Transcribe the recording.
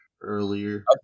earlier